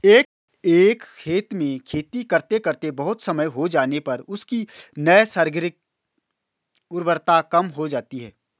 एक खेत में खेती करते करते बहुत समय हो जाने पर उसकी नैसर्गिक उर्वरता कम हो जाती है